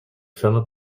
ferner